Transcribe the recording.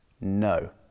No